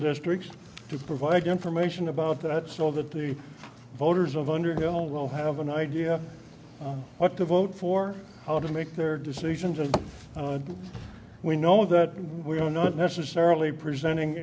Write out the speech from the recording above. district to provide information about that so that the voters of underhill will have an idea what to vote for how to make their decisions and we know that we're not necessarily presenting